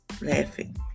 laughing